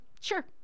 sure